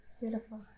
Beautiful